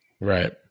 Right